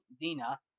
Dina